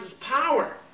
power